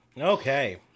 Okay